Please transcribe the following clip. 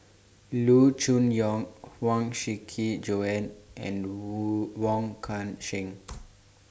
Loo Choon Yong Huang Shiqi Joan and Wong Kan Seng